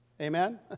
Amen